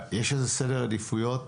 אבל האם יש לכם איזה סדר עדיפויות בשאלה